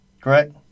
correct